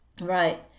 Right